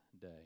day